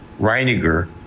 Reiniger